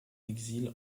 exil